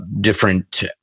different